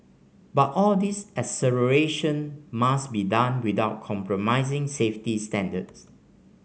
but all this acceleration must be done without compromising safety standards